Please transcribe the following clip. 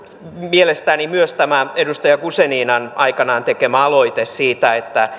mielestäni myös edustaja guzeninan aikanaan tekemä aloite siitä että